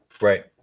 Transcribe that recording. Right